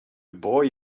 boy